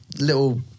little